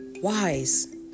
Wise